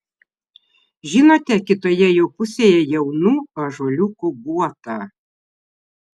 žinote kitoje jo pusėje jaunų ąžuoliukų guotą